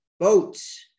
Boats